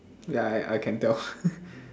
ya I I can tell